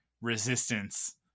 Resistance